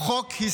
הוא חוק היסטורי,